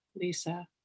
Lisa